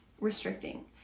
restricting